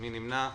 מי נמנע?